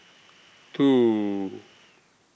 two